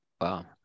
wow